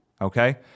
okay